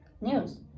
news